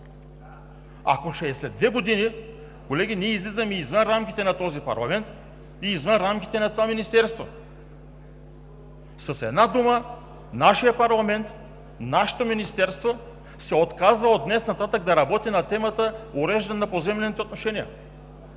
две години, колеги, ние излизаме извън рамките на този парламент и извън рамките на това министерство. С една дума, нашият парламент, нашите министерства се отказват от днес нататък да работят по темата – уреждане на поземлените отношения.